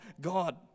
God